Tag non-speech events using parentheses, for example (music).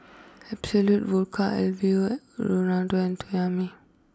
(noise) absolut Vodka Alfio (unintelligible) and Toyomi